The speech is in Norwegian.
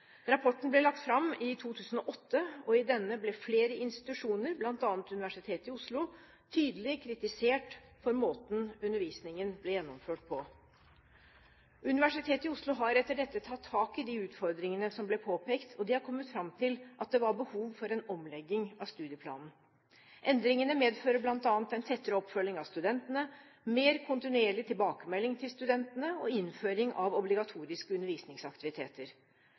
Rapporten ble lagt fram i 2008, og i denne ble flere institusjoner, bl.a. Universitetet i Oslo, tydelig kritisert for måten undervisningen ble gjennomført på. Universitetet i Oslo har etter dette tatt tak i de utfordringene som ble påpekt, og de har kommet fram til at det var behov for en omlegging av studieplanen. Endringene medfører bl.a. en tettere oppfølging av studentene, mer kontinuerlig tilbakemelding til studentene og innføring av obligatoriske undervisningsaktiviteter.